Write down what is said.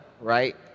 right